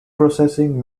processing